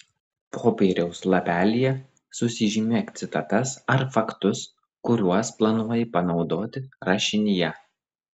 popieriaus lapelyje susižymėk citatas ar faktus kuriuos planuoji panaudoti rašinyje